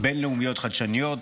בין-לאומיות חדשניות,